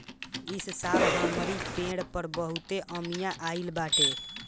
इस साल हमरी पेड़ पर बहुते अमिया आइल बाटे